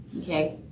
okay